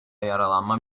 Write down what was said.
yaralanma